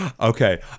Okay